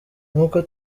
nkuko